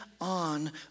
on